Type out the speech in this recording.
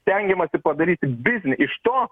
stengiamasi padaryti biznį iš to